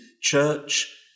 church